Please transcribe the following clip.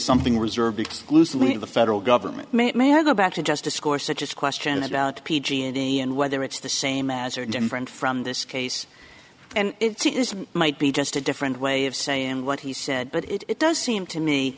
something reserved exclusively in the federal government may it may or go back to just a score such as question about p g and e and whether it's the same as or different from this case and it's might be just a different way of saying what he said but it does seem to me